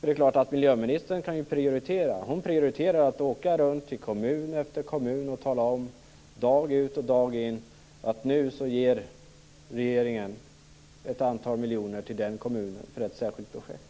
Det är klart att miljöministern kan prioritera. Hon prioriterar att åka runt till kommun efter kommun och dag ut och dag in tala om att regeringen nu ger ett antal miljoner för ett särskilt projekt.